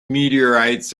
meteorites